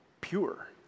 pure